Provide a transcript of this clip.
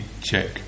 check